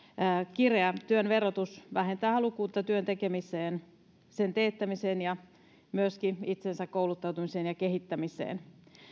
kireä työn verotus vähentää halukkuutta työn tekemiseen sen teettämiseen ja myöskin kouluttautumiseen ja itsensä kehittämiseen